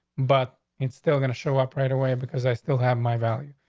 but it's still gonna show up right away because i still have my values.